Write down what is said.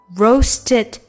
,roasted